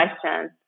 questions